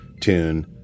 tune